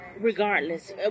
Regardless